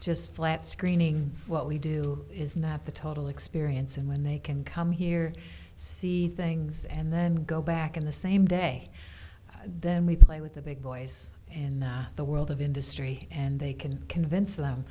just flat screening what we do is not the total experience and when they can come here see things and then go back in the same day then we play with the big boys in the world of industry and they can convince them